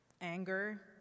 anger